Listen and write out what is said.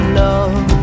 love